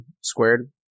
squared